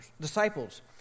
disciples